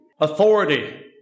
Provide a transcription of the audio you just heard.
Authority